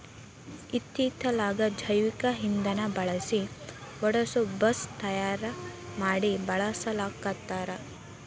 ಇತ್ತಿತ್ತಲಾಗ ಜೈವಿಕ ಇಂದನಾ ಬಳಸಿ ಓಡಸು ಬಸ್ ತಯಾರ ಮಡಿ ಬಳಸಾಕತ್ತಾರ